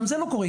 וגם זה לא קורה.